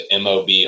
MOB